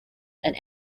and